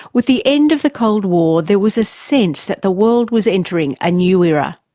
with the end of the cold war there was a sense that the world was entering a new era.